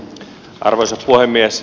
arvoisa puhemies